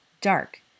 Dark